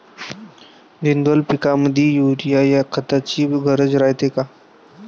द्विदल पिकामंदी युरीया या खताची गरज रायते का?